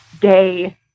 day